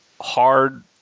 hard